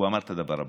הוא אמר את הדבר הבא,